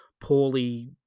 poorly